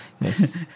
Yes